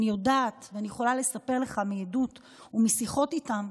אני יודעת ואני יכולה לספר לך מעדות ומשיחות איתם,